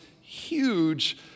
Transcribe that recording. huge